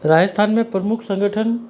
राजस्थान में प्रमुख संगठन